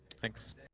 Thanks